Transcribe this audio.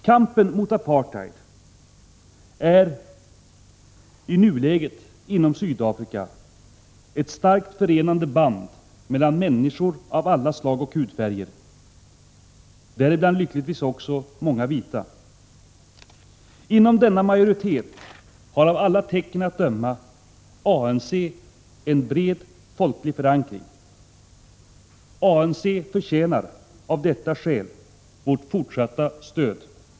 Kampen mot apartheid är i nuläget inom Sydafrika ett starkt förenande band mellan människor av alla slags hudfärger — däribland lyckligtvis också många vita. Inom denna majoritet har av alla tecken att döma ANC en bred folklig förankring. ANC förtjänar av detta skäl vårt fortsatta stöd.